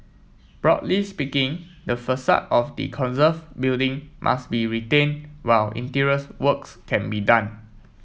broadly speaking the facade of the conserve building must be retained while interiors works can be done